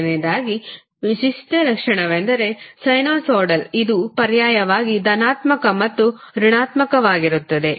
ಮೊದಲನೆಯದಾಗಿ ವಿಶಿಷ್ಟ ಲಕ್ಷಣವೆಂದರೆ ಸೈನುಸಾಯಿಡಲ್ ಇದು ಪರ್ಯಾಯವಾಗಿ ಧನಾತ್ಮಕ ಮತ್ತು ಋಣಾತ್ಮಕವಾಗಿರುತ್ತದೆ